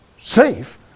safe